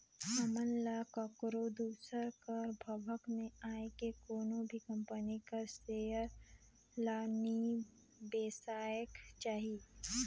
हमन ल काकरो दूसर कर भभक में आए के कोनो भी कंपनी कर सेयर ल नी बेसाएक चाही